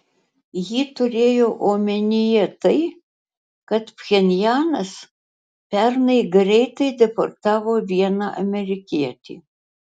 ji turėjo omenyje tai kad pchenjanas pernai greitai deportavo vieną amerikietį